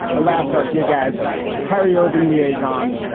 alas, our gig as kyrie irving liaison,